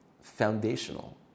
foundational